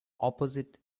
opposite